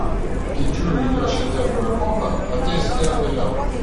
didžiųjų jo šedevrų epocha ateis kiek vėliau